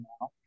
now